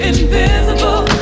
Invisible